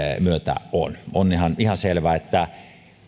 myötä on on ihan ihan selvää että